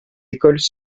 écoles